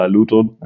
Luton